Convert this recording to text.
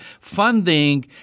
funding